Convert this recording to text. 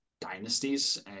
dynasties